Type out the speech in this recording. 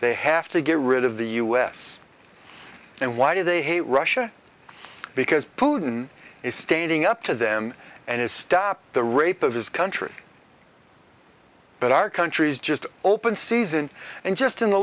they have to get rid of the u s and why do they hate russia because putin is standing up to them and stop the rape of his country but our country is just open season and just in